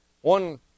one